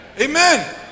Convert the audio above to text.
Amen